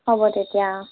হ'ব তেতিয়া অ